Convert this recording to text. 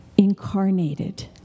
Incarnated